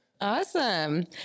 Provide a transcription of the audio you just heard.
Awesome